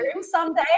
someday